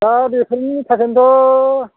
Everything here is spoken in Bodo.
दा बिफोरनि थाखायनोथ'